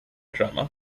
drama